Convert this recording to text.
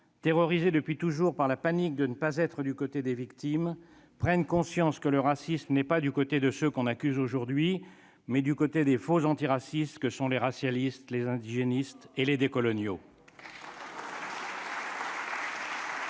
terrorisés depuis toujours par la panique de ne pas être du côté des victimes, prennent conscience que le racisme n'est pas le fait de ceux que l'on accuse aujourd'hui, mais des faux antiracistes que sont les racialistes, les indigénistes et les décoloniaux.